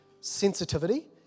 sensitivity